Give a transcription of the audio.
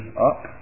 up